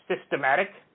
systematic